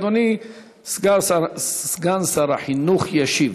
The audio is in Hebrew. אדוני סגן שר החינוך ישיב.